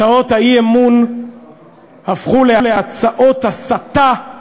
הצעות האי-אמון הפכו להצעות הסתה,